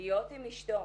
להיות עם אשתו,